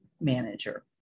manager